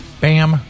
Bam